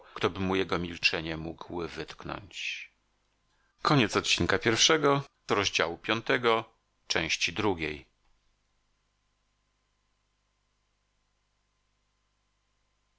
ktoby mu jego milczenie mógł wytknąć